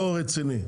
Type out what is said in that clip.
זה לא רציני.